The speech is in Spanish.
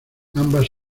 ambas